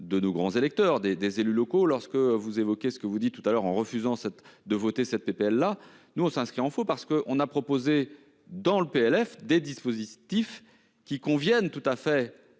de nos grands électeurs des des élus locaux. Lorsque vous évoquez ce que vous dit tout à l'heure en refusant cette de voter cette PPL là nous on s'inscrit en faux parce qu'on a proposé dans le PLF des dispositifs qui conviennent tout à fait